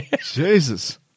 Jesus